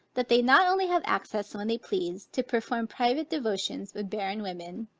that they not only have access when they please, to perform private devotions with barren women,